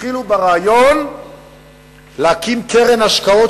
התחילו ברעיון להקים קרן השקעות,